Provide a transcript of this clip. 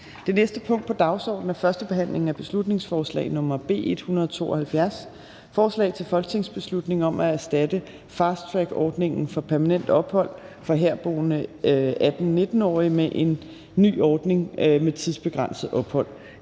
(Fremsættelse 01.03.2022). 4) 1. behandling af beslutningsforslag nr. B 172: Forslag til folketingsbeslutning om at erstatte fasttrackordningen for permanent ophold for herboende 18-19-årige med en ny ordning med tidsbegrænset ophold.